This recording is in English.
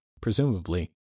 presumably